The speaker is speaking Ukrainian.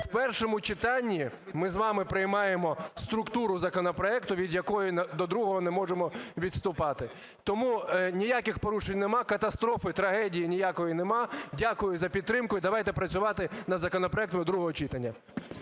В першому читанні ми з вами приймаємо структуру законопроекту, від якого до другого не можемо відступати. Тому ніяких порушень нема, катастрофи, трагедії ніякої нема. Дякую за підтримку і давайте працювати над законопроектом до другого читання.